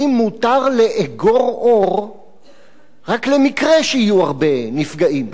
האם מותר לאגור עור רק למקרה שיהיו הרבה נפגעים?